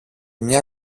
μια